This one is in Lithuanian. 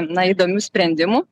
na įdomių sprendimų